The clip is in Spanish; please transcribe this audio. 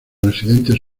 residentes